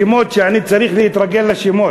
שמות שאני צריך להתרגל אליהם.